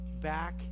back